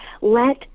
Let